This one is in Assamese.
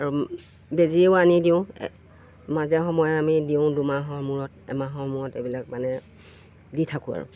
আৰু বেজীও আনি দিওঁ মাজে সময়ে আমি দিওঁ দুমাহৰ মূৰত এমাহৰ মূৰত এইবিলাক মানে দি থাকোঁ আৰু